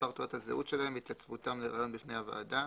מספר תעודת הזהות שלהם והתייצבותם לריאיון בפני הוועדה,